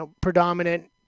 predominant